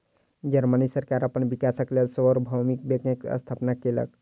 Germany सरकार अपन विकासक लेल सार्वभौमिक बैंकक स्थापना केलक